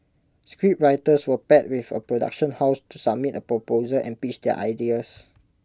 scriptwriters were paired with A production house to submit A proposal and pitch their ideas